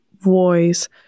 voice